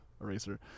eraser